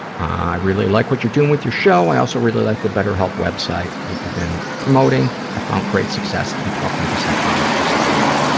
i really like what you're doing with your show. i also really like the better help web site that you've been promoting. i've found great success in talking to psychologists there.